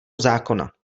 zákona